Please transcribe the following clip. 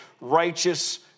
righteous